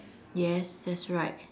yes that's right